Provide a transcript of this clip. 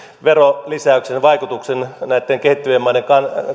verolisäyksen sen vaikutuksen näitten kehittyvien maiden